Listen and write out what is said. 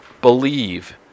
believe